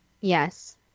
yes